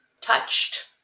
touched